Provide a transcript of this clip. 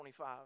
25